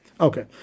Okay